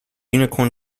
unicorn